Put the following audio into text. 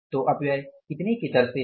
तो अपव्यय कितने के दर से है